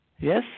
Yes